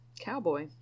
cowboy